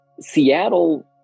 Seattle